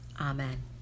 Amen